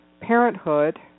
Parenthood